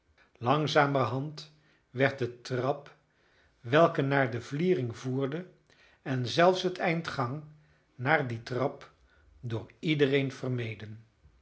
langzamerhand werd de trap welke naar de vliering voerde en zelfs het eind gang naar die trap door iedereen vermeden